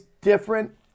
different